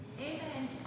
Amen